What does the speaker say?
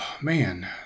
man